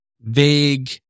vague